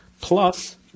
Plus